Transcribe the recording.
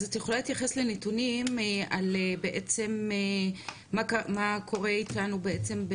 אז את יכולה להתייחס לנתונים על בעצם מה קורה אתנו בעצם,